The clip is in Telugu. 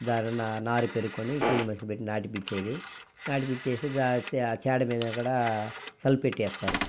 దాని నా నార పెరుకొని కూలి మనుషులు పెట్టి నాటిపిచ్చేది నాటి పిచ్చేసి దా చా చాడ మీద అక్కడ సల్పేట్ వేస్తారు